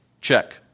Check